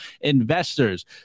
investors